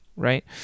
right